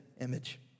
image